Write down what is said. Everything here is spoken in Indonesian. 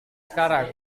sekarang